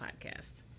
podcast